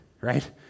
right